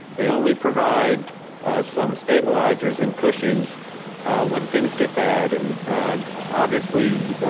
they only provide some stabilizers and cushions when things get bad. and and obviously,